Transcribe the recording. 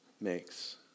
makes